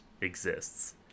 exists